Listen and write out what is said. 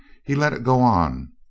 he let it go on,